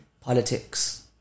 Politics